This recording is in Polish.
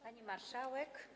Pani Marszałek!